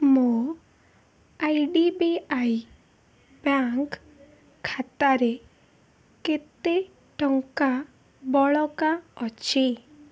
ମୋ I D B I bank ଖାତାରେ କେତେ ଟଙ୍କା ବଳକା ଅଛି